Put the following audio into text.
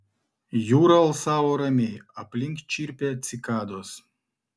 jūra alsavo ramiai aplink čirpė cikados